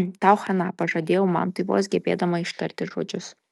tau chana pažadėjau mantui vos gebėdama ištarti žodžius